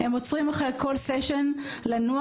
הם עוצרים אחרי כל סשן לנוח,